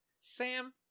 Sam